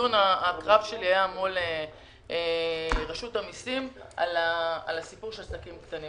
הקרב שלי היה מול רשות המיסים על הסיפור של העסקים הקטנים.